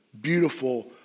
beautiful